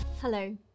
Hello